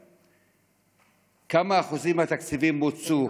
1. כמה אחוזים מהתקציבים מוצו?